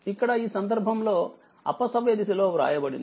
ఇక్కడఈ సందర్భంలోఅపసవ్యదిశ లో వ్రాయబడింది